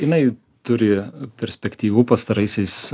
jinai turi perspektyvų pastaraisiais